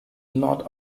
not